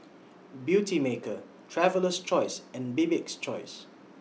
Beautymaker Traveler's Choice and Bibik's Choice